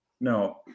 No